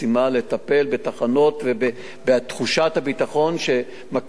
לטפל בתחנות ובתחושת הביטחון שמכירים,